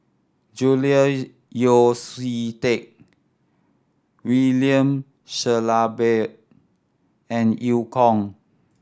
Julian Yeo See Teck William Shellabear and Eu Kong